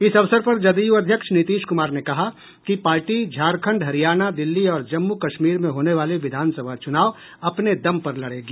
इस अवसर पर जदयू अध्यक्ष नीतीश कुमार ने कहा कि पार्टी झारखंड हरियाणा दिल्ली और जम्मू कश्मीर में होने वाले विधानसभा चुनाव अपने दम पर लड़ेगी